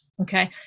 okay